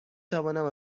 توانم